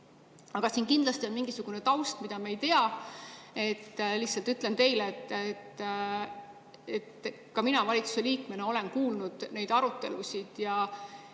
Siin kindlasti on mingisugune taust, mida me ei tea. Lihtsalt ütlen teile, et ka mina olen valitsuse liikmena kuulnud neid arutelusid ja